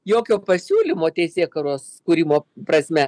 jokio pasiūlymo teisėkūros kūrimo prasme